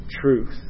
truth